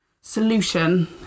solution